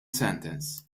sentence